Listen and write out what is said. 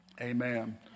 amen